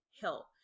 help